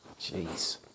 Jeez